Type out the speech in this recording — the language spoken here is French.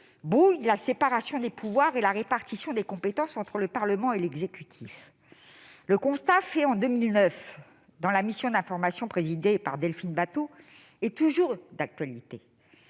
brouille la séparation des pouvoirs et la répartition des compétences entre le Parlement et l'exécutif. Le constat fait en 2009 par la mission d'information présidée par Delphine Batho est toujours d'actualité